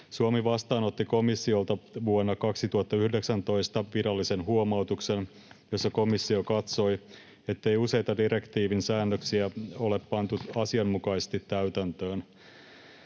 Suomi vastaanotti komissiolta vuonna 2019 virallisen huomautuksen, jossa komissio katsoi, ettei useita direktiivin säännöksiä ole pantu asianmukaisesti täytäntöön.